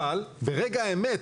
אבל ברגע האמת,